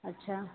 अच्छा